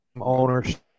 ownership